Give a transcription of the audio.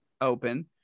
Open